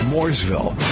Mooresville